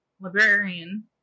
librarian